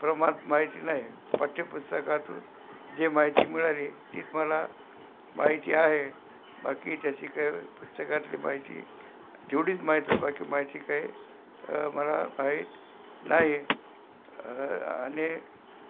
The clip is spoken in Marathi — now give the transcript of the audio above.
प्रमाणात माहिती नाही पाठ्यपुस्तकातून जी माहिती मिळाली तीच मला माहिती आहे बाकी त्याची काही पुस्तकातली माहिती जेवढीच माहीत बाकी माहिती काही मला माहीत नाही आणि